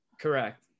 Correct